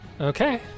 Okay